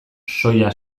soia